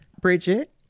Bridget